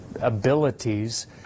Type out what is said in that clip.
abilities